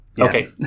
Okay